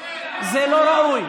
זה לא ראוי.